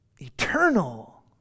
eternal